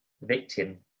victim